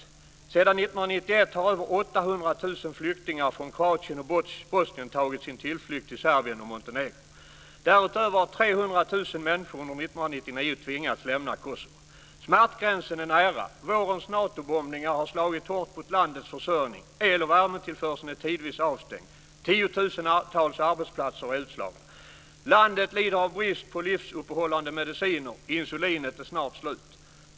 Sedan 1991 har över 800 000 flyktingar från Kroatien och Bosnien tagit sin tillflykt till Serbien och Montenegro. Därutöver har 300 000 människor under 1999 tvingats lämna Kosovo. Smärtgränsen är nära. Vårens Natobombningar har slagit hårt mot landets försörjning, el och värmetillförseln är tidvis avstängd, tiotusentals arbetsplatser är utslagna. Landet lider brist på livsuppehållande mediciner - insulinet är snart slut.